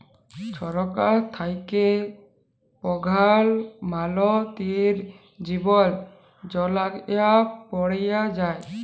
ছরকার থ্যাইকে পধাল মলতিরি জীবল যজলা পাউয়া যায়